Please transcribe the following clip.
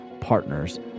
partners